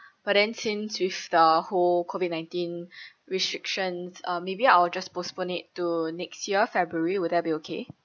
but then since with the whole COVID-nineteen restrictions uh maybe I will just postpone it to next year february will that be okay